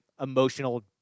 emotional